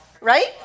Right